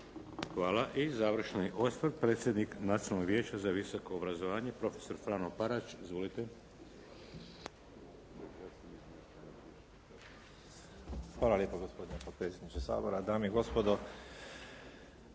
Hvala. I završni osvrt predsjednik Nacionalnog vijeća za visoko obrazovanje. Izvolite. **Parać, Frano** Hvala lijepo. Gospodine potpredsjedniče Sabora, dame i gospodo.